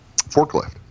forklift